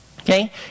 Okay